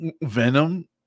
Venom